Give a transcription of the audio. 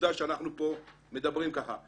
עובדה שאנחנו כאן מדברים כך.